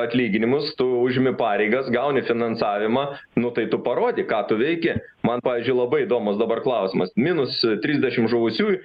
atlyginimus tu užimi pareigas gauni finansavimą nu tai tu parodyk ką tu veiki man pavyzdžiui labai įdomus dabar klausimas minus trisdešimt žuvusiųjų